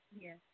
Yes